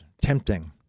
tempting